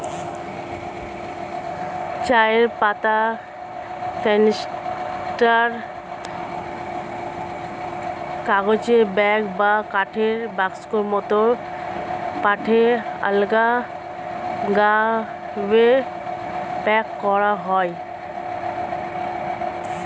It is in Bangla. চায়ের পাতা ক্যানিস্টার, কাগজের ব্যাগ বা কাঠের বাক্সের মতো পাত্রে আলগাভাবে প্যাক করা হয়